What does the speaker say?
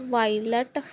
wallet